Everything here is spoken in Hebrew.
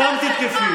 תפסיק להסית.